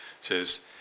says